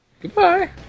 Goodbye